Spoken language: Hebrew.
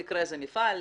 במקרה הזה זה מפעל,